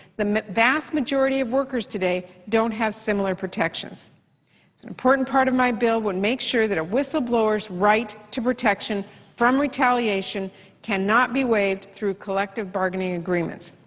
the vast majority of workers today don't have similar protections. the and important part of my bill would make sure that a whistle blower's right to protection from retaliation cannot be waived through collective bargaining agreements.